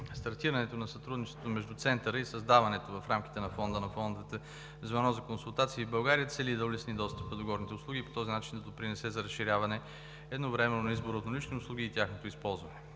Стартирането на сътрудничеството между Центъра и създаденото в рамките на Фонд на фондовете Звено за консултации в България цели да улесни достъпа до горните услуги и по този начин да допринесе за разширяването едновременно на набора от налични услуги и тяхното използване.